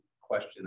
question